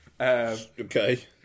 okay